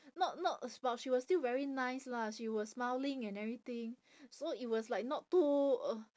not not but she was still very nice lah she was smiling and everything so it was like not too uh